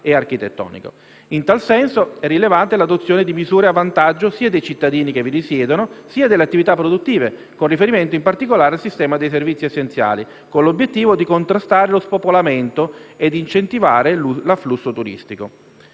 In tal senso è rilevante l'adozione di misure a vantaggio sia dei cittadini che vi risiedono, sia delle attività produttive, con riferimento, in particolare, al sistema dei servizi essenziali, con l'obiettivo di contrastare lo spopolamento e incentivare l'afflusso turistico.